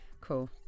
cool